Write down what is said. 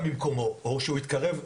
ממקומו או שהוא התקרב,